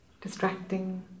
distracting